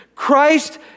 Christ